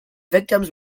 victims